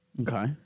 Okay